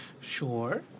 Sure